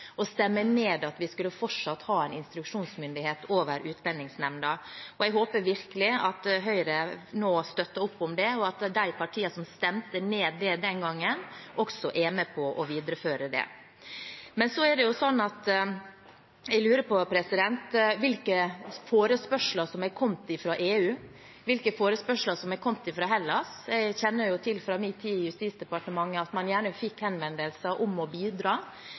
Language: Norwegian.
stemme ned at vi fortsatt skulle ha instruksjonsmyndighet over Utlendingsnemnda. Jeg håper virkelig at Høyre nå støtter opp om det, og at de partiene som stemte det ned den gangen, også er med på å videreføre det. Jeg lurer på hvilke forespørsler som er kommet fra EU, og hvilke forespørsler som er kommet fra Hellas. Fra min tid i Justisdepartementet kjenner jeg til at man gjerne får henvendelser om å bidra.